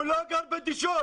הוא לא גר בדישון.